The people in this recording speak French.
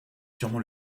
surement